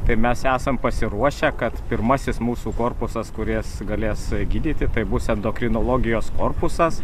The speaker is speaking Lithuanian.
tai mes esam pasiruošę kad pirmasis mūsų korpusas kuris galės gydyti tai bus endokrinologijos korpusas